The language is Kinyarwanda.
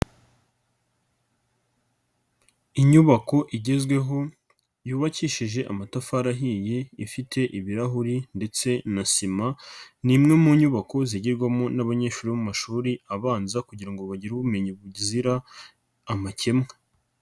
Inyubako igezweho yubakishije amatafari ahiye ifite ibirahuri ndetse na sima, ni imwe mu nyubako zigirwarwamo n'abanyeshuri bo mu mashuri abanza kugira ngo bagire ubumenyi buzira amakemwa.